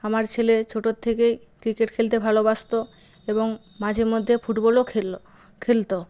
আমার ছেলে ছোটোর থেকে ক্রিকেট খেলতে ভালোবাসত এবং মাঝে মধ্যে ফুটবলও খেললো খেলত